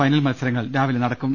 final മത്സരങ്ങൾ രാവിലെ നട ക്കും